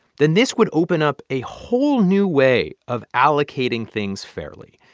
then this would open up a whole new way of allocating things fairly.